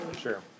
Sure